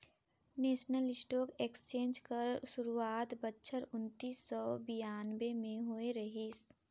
national stock exchange कर सुरवात बछर उन्नीस सव बियानबें में होए रहिस